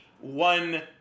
one